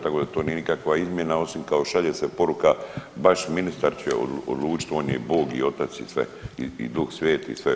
Tako da to nije nikakva izmjena osim kao šalje se poruka baš ministar će odlučiti on je Bog i otac i sve i Duh Sveti i sve.